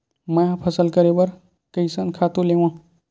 मैं ह फसल करे बर कइसन खातु लेवां?